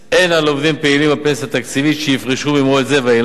הן על עובדים פעילים בפנסיה תקציבית שיפרשו ממועד זה ואילך,